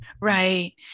Right